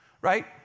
right